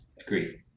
Agreed